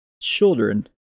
children